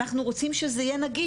אנחנו רוצים שזה יהיה נגיש,